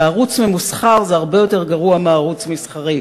וערוץ ממוסחר זה הרבה יותר גרוע מערוץ מסחרי,